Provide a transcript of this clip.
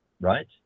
right